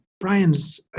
Brian's